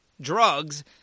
drugs